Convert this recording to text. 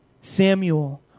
Samuel